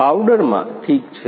પાવડરમાં ઠીક છે